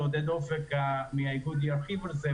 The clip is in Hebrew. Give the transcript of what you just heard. ועו"ד עודד אופק מהאיגוד ירחיב על זה,